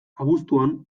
abuztuan